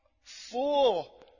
four